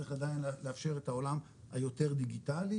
צריך עדיין לאפשר את העולם היותר דיגיטלי,